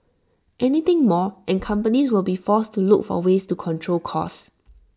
anything more and companies will be forced to look for ways to control costs